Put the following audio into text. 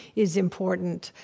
is important.